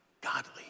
godly